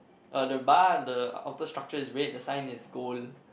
uh the bar and the outer structure is red the sign is gold